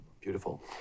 Beautiful